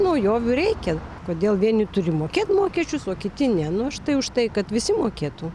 naujovių reikia kodėl vieni turi mokėti mokesčius o kiti ne nu aš tai už tai kad visi mokėtų